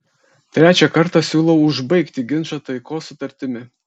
trečią kartą siūlau užbaigti ginčą taikos sutartimi